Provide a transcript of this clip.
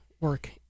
work